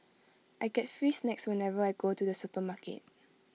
I get free snacks whenever I go to the supermarket